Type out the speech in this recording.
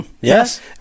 Yes